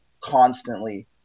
constantly